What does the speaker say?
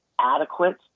adequate